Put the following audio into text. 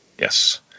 Yes